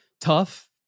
Tough